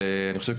אז יש לך פור.